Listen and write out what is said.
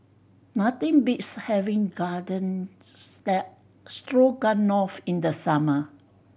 nothing beats having Garden Stroganoff in the summer